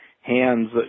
hands